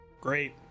great